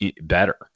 better